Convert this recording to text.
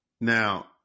Now